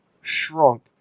shrunk